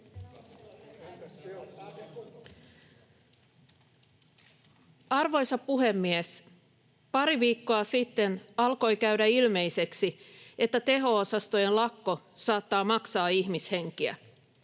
Arvoisa puhemies! Pari viikkoa sitten alkoi käydä ilmeiseksi, että teho-osastojen lakko saattaa maksaa ihmishenkiä.